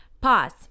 pause